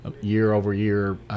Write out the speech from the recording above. year-over-year